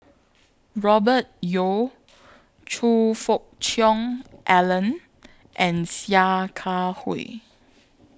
Robert Yeo Choe Fook Cheong Alan and Sia Kah Hui